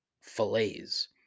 fillets